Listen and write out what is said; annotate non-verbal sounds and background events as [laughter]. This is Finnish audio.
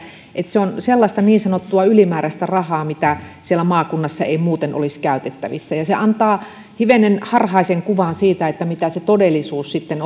se on sellaista niin sanottua ylimääräistä rahaa mitä siellä maakunnassa ei muuten olisi käytettävissä se antaa hivenen harhaisen kuvan siitä mitä se todellisuus sitten [unintelligible]